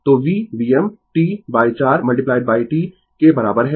तो v Vm T 4 T के बराबर है